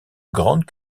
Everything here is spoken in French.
grande